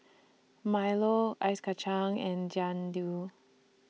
Milo Ice Kachang and Jian Dui